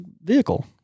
vehicle